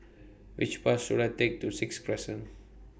Which Bus should I Take to Sixth Crescent